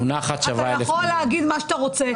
אתה יכול להגיד מה שאתה רוצה.